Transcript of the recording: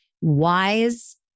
wise